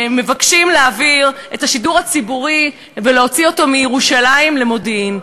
שמבקשים להעביר את השידור הציבורי ולהוציא אותו מירושלים למודיעין.